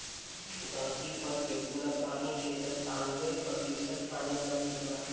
धरती पर के पूरा पानी के सत्तानबे प्रतिशत पानी नमकीन बा